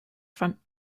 front